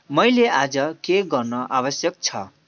मैले आज के गर्न आवश्यक छ